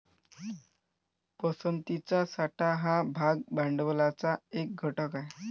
पसंतीचा साठा हा भाग भांडवलाचा एक घटक आहे